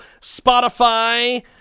Spotify